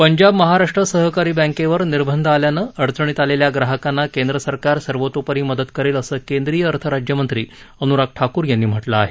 पंजाब महाराष्ट्र सहकारी बैंकेवर निर्बंध आल्यानं अडचणीत आलेल्या ग्राहकांना केंद्र सरकार सर्वोतोपरी मदत करेल असं केंद्रीय अर्थ राज्यमंत्री अनुराग ठाकूर यांनी म्हटलं आहे